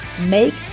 make